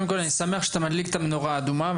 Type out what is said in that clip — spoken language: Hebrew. אני שמח שאתה מדליק את המנורה האדומה.